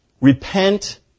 Repent